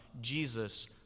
Jesus